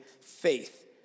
faith